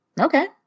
okay